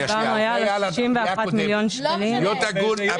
להיות הגון.